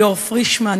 ליאור פרישמן,